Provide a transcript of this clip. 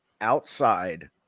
outside